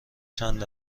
چند